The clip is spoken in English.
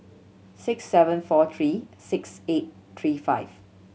six seven four three six eight three five